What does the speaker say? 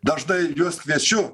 dažnai juos kviečiu